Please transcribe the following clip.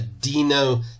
Dino